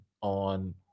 on